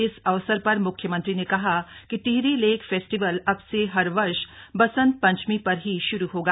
इस अवसर पर मुख्यमंत्री ने कहा कि टिहरी लेक फेस्टिवल अब से हर वर्ष बसंत पंचमी पर ही श्रू होगा